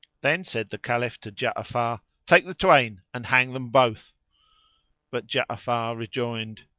then said the caliph to ja'afar, take the twain and hang them both but ja'afar rejoined,